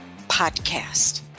podcast